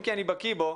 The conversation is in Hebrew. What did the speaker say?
אם כי אני בקי בו,